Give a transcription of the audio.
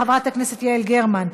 חברת הכנסת יעל גרמן,